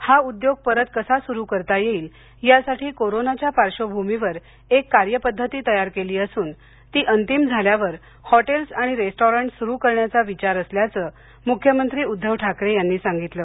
हा उद्योग परत कसा सुरु करता येईल यासाठी कोरोनाच्या पार्श्वभूमीवर एक कार्यपद्धती तयार केली असून ती अंतिम झाल्यावर हॉटेल्स आणि रेस्टॉरंट सूरु करण्याचा विचार असल्याचं मुख्यमंत्री उद्धव ठाकरे यांनी सांगितलं